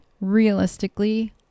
realistically